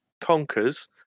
conquers